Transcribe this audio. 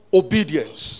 obedience